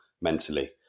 mentally